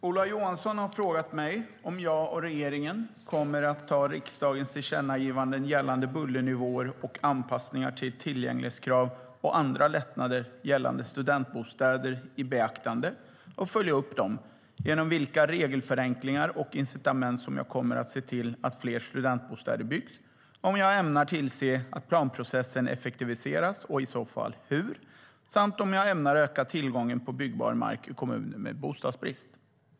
Ola Johansson har frågat mig om jag och regeringen kommer att ta riksdagens tillkännagivanden gällande bullernivåer och anpassningar till tillgänglighetskrav och andra lättnader gällande studentbostäder i beaktande och följa upp dem, genom vilka regelförenklingar och incitament som jag kommer att se till att fler studentbostäder byggs, om jag ämnar tillse att planprocessen effektiviseras och i så fall hur samt om jag ämnar öka tillgången på byggbar mark i kommuner med bostadsbrist.